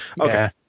Okay